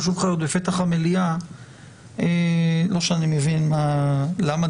וכך היא הייתה יכולה להגיע תיאורטית גם אחרי הצבעה פיזית.